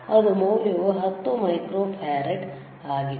ಅದು ಮೌಲ್ಯವು 10 ಮೈಕ್ರೋಫರಾಡ್ ಆಗಿದೆ